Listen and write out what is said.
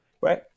Right